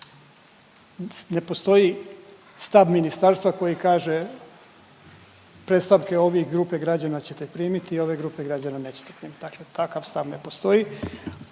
ne postoji stav ministarstva koje kaže predstavke ovih grupe građane ćete primiti, a ove grupe građana nećete primiti, dakle takav stav ne postoji,